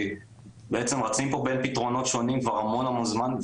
כי בעצם רצים פה בין פתרונות שונים כבר המון זמן,